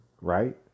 right